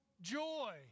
joy